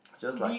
just like